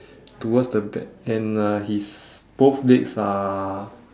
towards the back and uh his both legs are